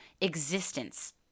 existence